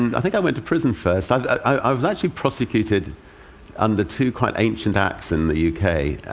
and i think i went to prison first. ah i was actually prosecuted under two quite ancient acts in the u k.